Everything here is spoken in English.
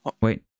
Wait